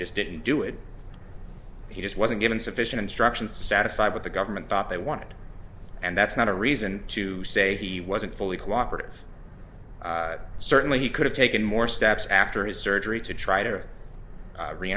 just didn't do it he just wasn't given sufficient instructions to satisfy but the government thought they wanted and that's not a reason to say he wasn't fully cooperative certainly he could have taken more steps after his surgery to try to re